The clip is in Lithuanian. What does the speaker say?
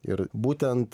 ir būtent